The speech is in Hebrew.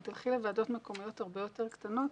אם תלכי לוועדות מקומיות הרבה יותר קטנות,